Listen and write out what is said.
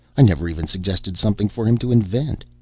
i never even suggested something for him to invent.